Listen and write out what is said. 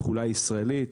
התחולה הישראלית,